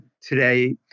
today